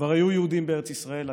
כבר היו יהודים בארץ ישראל.